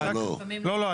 לא,